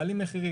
מעלים מחירים,